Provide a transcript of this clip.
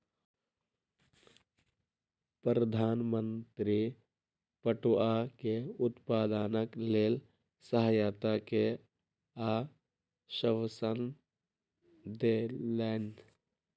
प्रधान मंत्री पटुआ के उत्पादनक लेल सहायता के आश्वासन देलैन